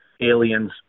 aliens